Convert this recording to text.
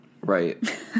Right